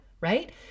Right